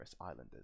Islanders